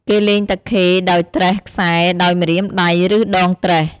គេលេងតាខេដោយត្រេះខ្សែដោយម្រាមដៃ ឬដងត្រេះ។